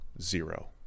zero